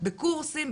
בקורסים,